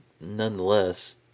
nonetheless